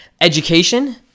education